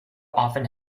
often